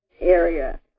area